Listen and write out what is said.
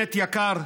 קבינט יקר,